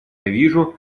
вижу